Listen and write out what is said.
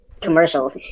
commercial